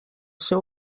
seu